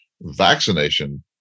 Vaccination